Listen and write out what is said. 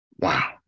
Wow